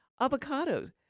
avocados